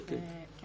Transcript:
אני